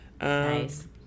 nice